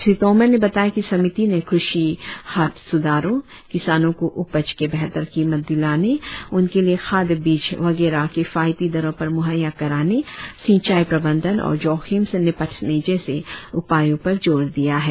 श्री तोमर ने बताया कि समिति ने कृषि हाट सुधारोंकिसानों को उपज के बेहतर कीमत दिलानेउनके लिए खाद्य बीज वगैरह किफायती दरों पर मुहैया कराने सिंचाई प्रबंधन और जोखिम से निपटने जैसे उपायों पर जोर दिया है